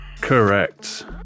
Correct